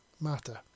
matter